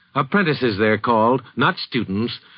apprentices, they're called, not students.